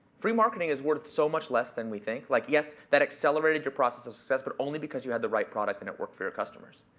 free marketing is worth so much less than we think. like, yes, that accelerated your process of success, but only because you had the right product and it worked for your customers.